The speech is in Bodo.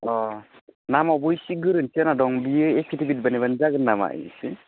अ नामावबो इसे गोरोन्थि जाना दं बे एफिडेभिट बानायब्लानो जागोन नामा इसे